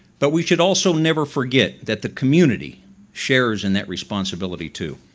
but we should also never forget that the community shares in that responsibility too.